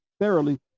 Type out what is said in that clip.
thoroughly